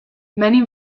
many